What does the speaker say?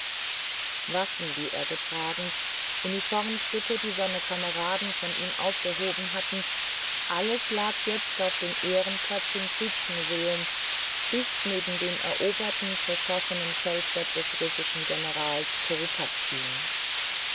waffen die er getragen uniformstücke die seine kameraden von ihm aufgehoben hatten alles lag jetzt auf dem ehrenplatz im kriegsmuseum dicht neben dem eroberten zerschossenen feldbett des russischen generals